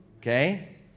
Okay